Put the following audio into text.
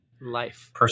life